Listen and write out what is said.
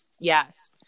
yes